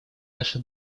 наша